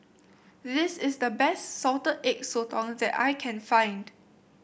this is the best Salted Egg Sotong that I can find